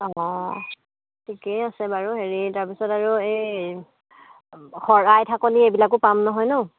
অঁ ঠিকেই আছে বাৰু হেৰি তাৰ পিছত আৰু এই শৰাই ঢাকনি এইবিলাকো পাম নহয় ন